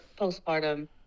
postpartum